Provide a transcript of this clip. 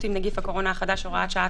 עם נגיף הקורונה החדש (הוראת שעה),